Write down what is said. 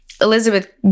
Elizabeth